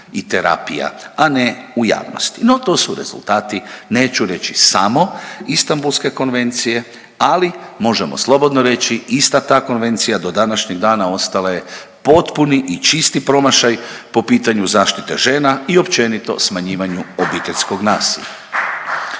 i terapija, a ne u javnosti. No to su rezultati, neću reći samo Istambulske konvencije ali možemo slobodno reći ista ta konvencija do današnjeg dana ostala je potpuni i čisti promašaj po pitanju zaštite žena i općenito smanjivanju obiteljskog nasilja.